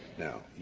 now,